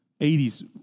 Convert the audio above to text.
80s